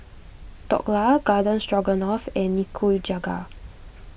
Dhokla Garden Stroganoff and Nikujaga